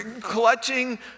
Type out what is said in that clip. Clutching